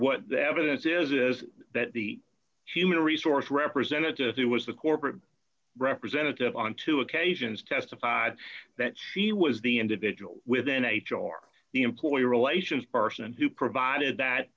what the evidence is is that the human resource representative who was the corporate representative on two occasions testified that she was the individual within h r the employee relations person who provided that